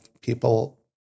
people